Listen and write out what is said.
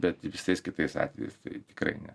bet visais kitais atvejais tai tikrai ne